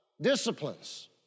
disciplines